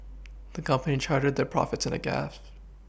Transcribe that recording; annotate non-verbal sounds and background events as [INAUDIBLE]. the company charted their profits in a [UNINTELLIGIBLE]